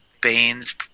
Baines